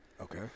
Okay